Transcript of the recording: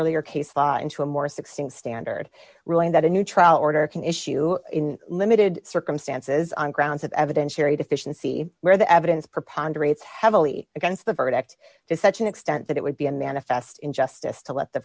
earlier case law into a more succinct standard ruling that a new trial order can issue in limited circumstances on grounds of evidentiary deficiency where the evidence preponderance heavily against the verdict to such an extent that it would be a manifest injustice to what the